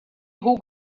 who